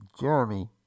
Jeremy